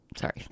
Sorry